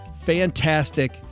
fantastic